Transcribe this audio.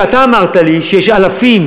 שתיים,